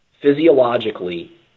Physiologically